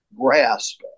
grasp